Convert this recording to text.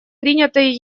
принятое